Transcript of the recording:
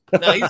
No